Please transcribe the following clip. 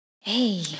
hey